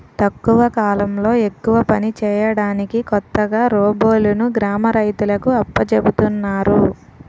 తక్కువ కాలంలో ఎక్కువ పని చేయడానికి కొత్తగా రోబోలును గ్రామ రైతులకు అప్పజెపుతున్నారు